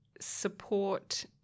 support